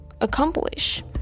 accomplish